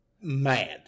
mad